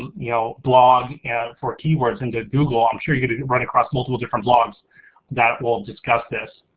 you know blog for keywords into google, i'm sure you're gonna run across multiple different blogs that will discuss this.